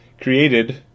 created